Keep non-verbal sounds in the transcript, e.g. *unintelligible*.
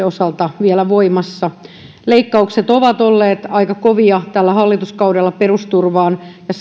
*unintelligible* osalta vielä voimassa leikkaukset perusturvaan ovat olleet aika kovia tällä hallituskaudella ja *unintelligible*